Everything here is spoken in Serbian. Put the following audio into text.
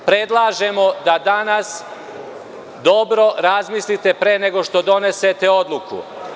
Predlažemo da danas dobro razmislite pre nego što donesete odluku.